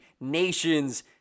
nation's